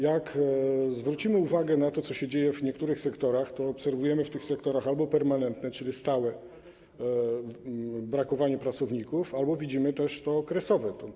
Jak zwrócimy uwagę na to, co się dzieje w niektórych sektorach, to zaobserwujemy w tych sektorach albo permanentny, czyli stały, brak pracowników, albo też okresowy.